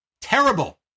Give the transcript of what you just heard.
Terrible